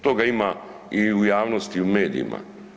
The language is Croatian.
Toga ima i u javnosti i u medijima.